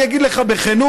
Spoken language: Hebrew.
אני אגיד לך בכנות,